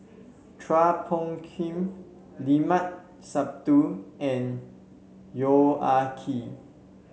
Chua Phung Kim Limat Sabtu and Yong Ah Kee